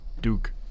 Duke